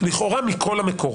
של אדם, לכאורה מכל המקורות,